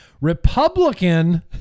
Republican